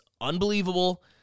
unbelievable